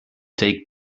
take